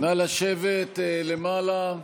נא לשבת למעלה.